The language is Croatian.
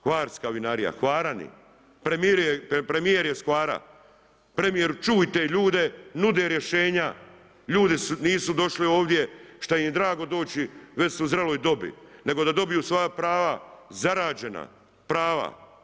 Hvarska vinarija, Hvarani premijer s Hvara, premijeru čuj te ljude nude rješenja, ljudi nisu došli ovdje šta im drago doći već su u zreloj dobi, nego da dobiju svoja prava zarađena prava.